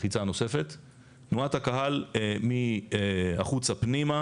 תנועת הקהל מן החוץ פנימה